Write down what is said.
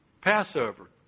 Passover